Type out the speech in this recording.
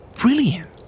brilliant